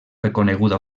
reconeguda